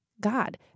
God